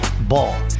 Ball